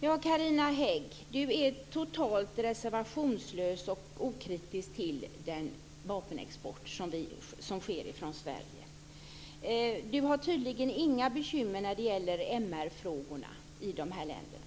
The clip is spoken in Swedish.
Herr talman! Carina Hägg är totalt reservationslös och okritisk till den vapenexport som sker från Sverige. Hon har tydligen inga bekymmer när det gäller MR-frågorna i dessa länder.